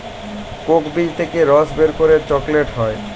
Coke বীজ থেক্যে রস বের করে চকলেট হ্যয় যেটাকে লালা ভাবে প্রসেস ক্যরতে হ্য়য়